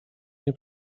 nie